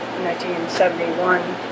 1971